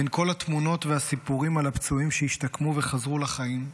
בין כל התמונות והסיפורים על הפצועים שהשתקמו וחזרו לחיים,